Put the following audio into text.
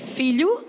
filho